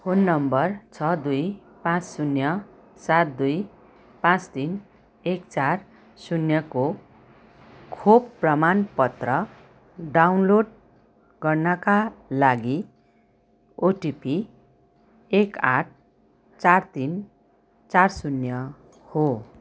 phone number छ दुई पाँच शून्य सात दुई पाँच तिन एक चार शून्यको खोप प्रमाण पत्र डाउनलोड गर्नका लागि ओटिपी एक आठ चार तिन चार शून्य हो